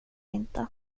inte